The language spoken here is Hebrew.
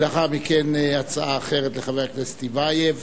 לאחר מכן, הצעה אחרת לחבר הכנסת טיבייב,